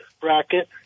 bracket